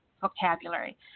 vocabulary